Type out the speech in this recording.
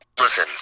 listen